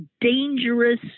dangerous